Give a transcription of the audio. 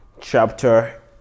Chapter